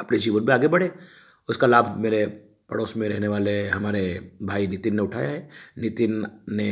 अपने जीवन में आगे बढ़े उसका लाभ मेरे पड़ोस में रहने वाले हमारे भाई नितिन ने उठाया है नितिन ने